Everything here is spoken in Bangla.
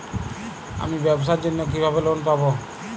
আমি ব্যবসার জন্য কিভাবে লোন পাব?